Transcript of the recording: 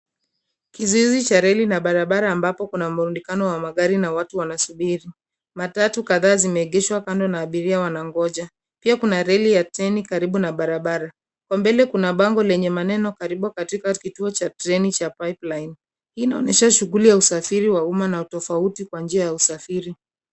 Kizuizi cha reli na barabara ambapo kuna mrundikano wa magari na watu wanasubiri. Matatu kadhaa zimeegeshwa kando na abiria wanangoja. Pia kuna reli ya treni karibu na barabara. Kwa mbele kuna bango lenye maneno karibu katika kituo cha treni cha Pipeline . Inaonyesha shughuli ya usafiri wa umma na utofauti kwa njia ya usafiri.